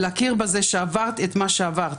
להכיר בזה שעברת את מה שעברת.